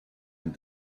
had